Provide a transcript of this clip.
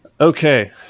Okay